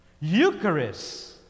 Eucharist